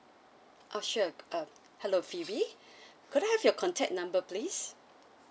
oh sure uh hello phoebe could I have your contact number please